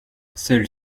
seule